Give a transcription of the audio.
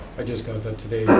i just go that today,